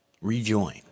rejoin